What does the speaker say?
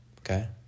Okay